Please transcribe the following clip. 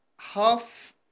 Half